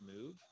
move